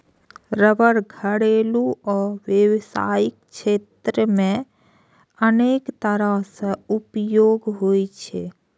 रबड़ घरेलू आ व्यावसायिक क्षेत्र मे अनेक तरह सं उपयोगी होइ छै